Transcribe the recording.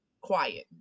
quiet